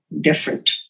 different